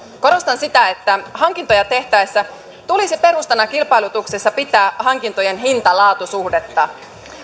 korostan sitä että hankintoja tehtäessä tulisi perustana kilpailutuksessa pitää hankintojen hinta laatu suhdetta